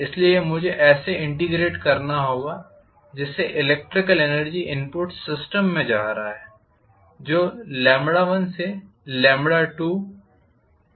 इसलिए यह मुझे ऐसे इंटेग्रेट करना होगा जैसे इलेक्ट्रिकल एनर्जी इनपुट सिस्टम में जा रहा है जो 1से 2dके रूप में है